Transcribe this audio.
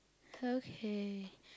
okay